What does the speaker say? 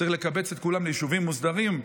צריך לקבץ את כולם ליישובים מוסדרים.